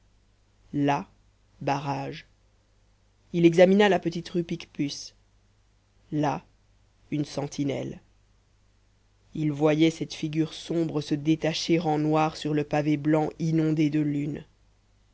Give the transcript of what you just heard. là barrage il examina la petite rue picpus là une sentinelle il voyait cette figure sombre se détacher en noir sur le pavé blanc inondé de lune